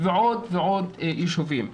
ועוד ועוד ישובים.